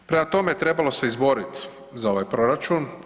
Prema tome, trebalo se izboriti za ovaj proračun.